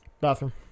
Bathroom